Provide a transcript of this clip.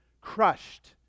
crushed